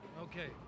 Okay